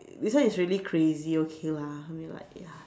this one is really crazy okay lah I mean like ya